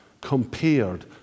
compared